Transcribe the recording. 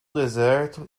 deserto